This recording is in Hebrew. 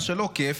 מה שלא כיף,